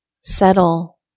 settle